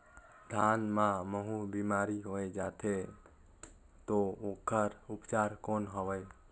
धान मां महू बीमारी होय जाथे तो ओकर उपचार कौन हवे?